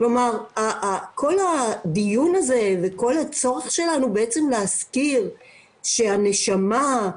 כל הדיון הזה וכל הצורך שלנו להזכיר שהנשמה,